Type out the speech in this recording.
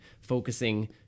focusing